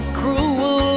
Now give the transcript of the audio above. cruel